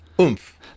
Oomph